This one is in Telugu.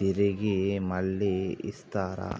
తిరిగి మళ్ళీ ఇస్తరా?